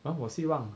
!huh! 我希望